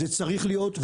זה צריך להיות.